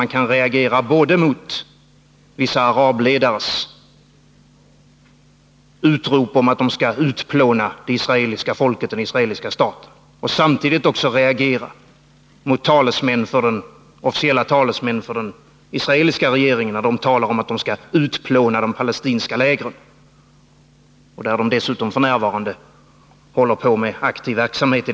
Man kan reagera både mot vissa arabledares utrop om att de skall utplåna det israeliska folket och den israeliska staten och mot officiella talesmän för den israeliska regeringen när de talar om att man skall utplåna de palestinska lägren — en verksamhet som de dessutom f. n. håller på med i detta avseende.